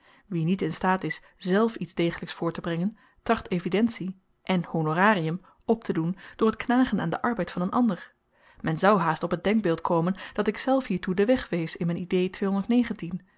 wie niet in staat is zelf iets degelyks voorttebrengen tracht evidentie en honorarium optedoen door t knagen aan den arbeid van n ander men zou haast op t denkbeeld komen dat ikzelf hiertoe den weg wees in m'n idee